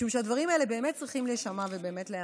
משום שהדברים האלה באמת צריכים להישמע ולהיאמר.